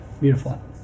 Beautiful